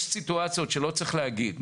יש סיטואציות שלא צריך להגיד.